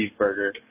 cheeseburger